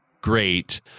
great